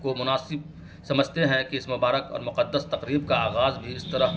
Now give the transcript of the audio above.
کو مناسب سمجھتے ہیں کہ اس مبارک اور مقدس تقریب کا آغاز بھی اس طرح